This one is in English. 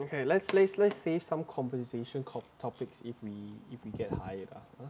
okay let's let's let's save some conversation topics if we if we get hired lah